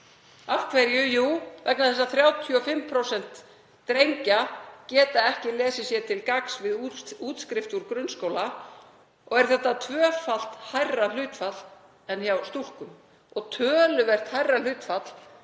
Af hverju? Jú, vegna þess að 35% drengja geta ekki lesið sér til gagns við útskrift úr grunnskóla og er þetta tvöfalt hærra hlutfall en hjá stúlkum og töluvert hærra hlutfall